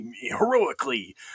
heroically